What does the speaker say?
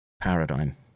paradigm